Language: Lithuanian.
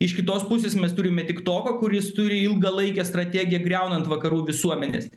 iš kitos pusės mes turime tiktoką kuris turi ilgalaikę strategiją griaunant vakarų visuomenes